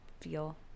feel